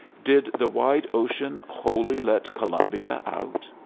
did the wide ocean wholly let columbia out?